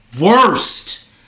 worst